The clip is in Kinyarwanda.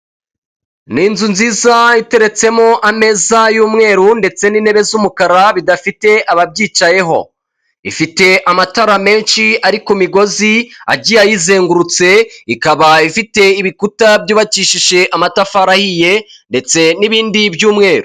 Ni inzu nziza iteretsemo ameza y'umweru ndetse n'intebe z'umukara, bidafite ababyicayeho. Ifite amatara menshi ari ku migozi, agiye ayizengurutse, ikaba ifite ibikuta byubakishije amatafari ahiye, ndetse n'ibindi by'umweru.